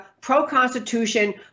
pro-Constitution